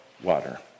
water